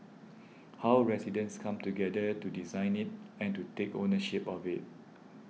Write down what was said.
how residents come together to design it and to take ownership of it